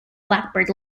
blackbird